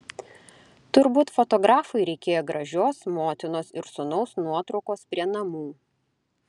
turbūt fotografui reikėjo gražios motinos ir sūnaus nuotraukos prie namų